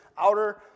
outer